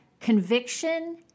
conviction